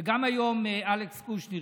שגם היום, אלכס קושניר,